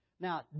Now